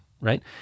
right